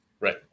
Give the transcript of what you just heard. Right